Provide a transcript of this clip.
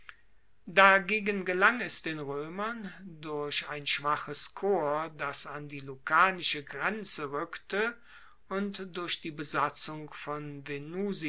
dagegen gelang es den roemern durch ein schwaches korps das an die lucanische grenze rueckte und durch die besatzung von